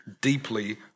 deeply